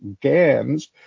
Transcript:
Gans